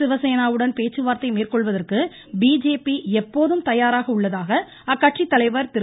சிவசேனாவுடன் பேச்சுவார்த்தை மேற்கொள்வதற்கு பிஜேபி எப்போதும் தயாராக உள்ளதாக அக்கட்சி தலைவர் திரு